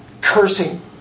cursing